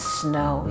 snow